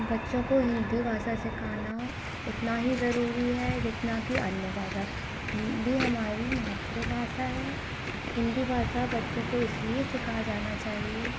बच्चों को हिंदी भाषा सिखाना उतना ही ज़रूरी है जितना कि अन्य भाषा हिंदी हमारी मातृभाषा है हिंदी भाषा बच्चों को इसलिए सिखाया जाना चाहिए